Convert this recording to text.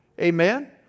Amen